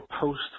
post